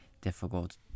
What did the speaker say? difficult